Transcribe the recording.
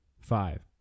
five